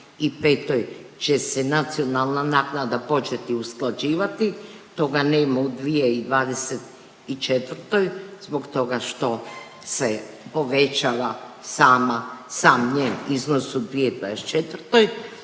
u 2025. će se nacionalna naknada početi usklađivati. Toga nema u 2024. zbog toga što se povećava sama, sam njen iznos u 2024.,